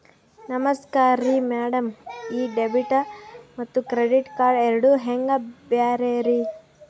ನಮಸ್ಕಾರ್ರಿ ಮ್ಯಾಡಂ ಈ ಡೆಬಿಟ ಮತ್ತ ಕ್ರೆಡಿಟ್ ಕಾರ್ಡ್ ಎರಡೂ ಹೆಂಗ ಬ್ಯಾರೆ ರಿ?